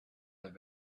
had